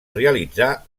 realitzà